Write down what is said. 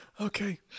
Okay